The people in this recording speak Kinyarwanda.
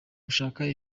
gushaka